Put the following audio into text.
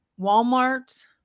Walmart